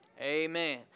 Amen